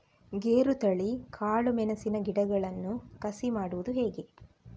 ಗೇರುತಳಿ, ಕಾಳು ಮೆಣಸಿನ ಗಿಡಗಳನ್ನು ಕಸಿ ಮಾಡುವುದು ಹೇಗೆ?